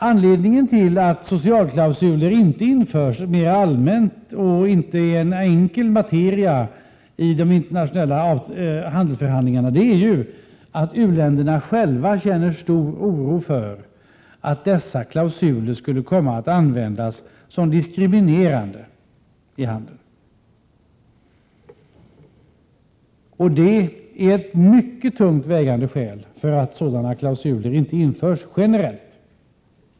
Anledningen till att socialklausuler inte införs mer allmänt och inte är en enkel materiaide Prot. 1987/88:114 internationella handelsförhandlingarna är att u-länderna själva känner stor 4 maj 1988 oro för att dessa klausuler skulle komma att användas i diskriminerande syfte i handeln. Det är ett mycket tungt vägande skäl för att sådana klausuler inte införs generellt.